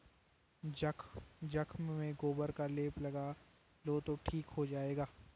जख्म में गोबर का लेप लगा लो ठीक हो जाएगा